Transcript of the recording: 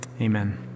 Amen